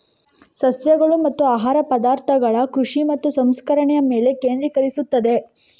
ಸಸ್ಯಗಳು ಮತ್ತು ಆಹಾರ ಪದಾರ್ಥಗಳ ಕೃಷಿ ಮತ್ತು ಸಂಸ್ಕರಣೆಯ ಮೇಲೆ ಕೇಂದ್ರೀಕರಿಸುತ್ತದೆ